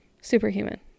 Superhuman